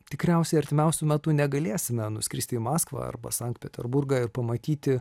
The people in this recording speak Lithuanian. tikriausiai artimiausiu metu negalėsime nuskristi į maskvą arba sankt peterburgą ir pamatyti